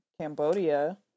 Cambodia